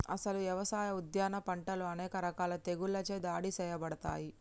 అసలు యవసాయ, ఉద్యాన పంటలు అనేక రకాల తెగుళ్ళచే దాడి సేయబడతాయి